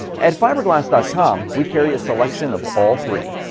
at fibre glast dot com, we carry a selection of all three.